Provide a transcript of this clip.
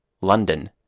London